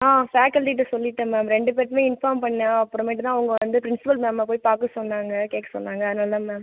ஃபாக்கள்டிட்ட சொல்லிட்டேன் மேம் ரெண்டு பேர்கிடயுமே இன்ஃபார்ம் பண்ணிணேன் அப்ரமேட்டுக்கும் தான் அவங்க வந்து ப்ரின்ஸிபல் மேம் போய் பார்க்க சொன்னாங்கள் கேட்க சொன்னாங்கள் அதனால் தான் மேம்